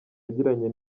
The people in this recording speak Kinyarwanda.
yagiranye